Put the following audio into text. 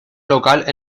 local